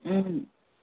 ம்